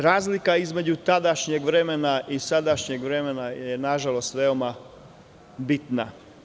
Razlika između tadašnjeg vremena i sadašnjeg vremena je veoma bitna.